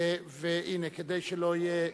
חבר הכנסת בר-און,